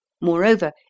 Moreover